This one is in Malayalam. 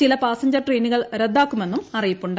ചില പാസഞ്ചർ ട്രെയിനുകൾ റദ്ദാക്കുമെന്നും അറിയിപ്പുണ്ട്